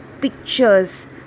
pictures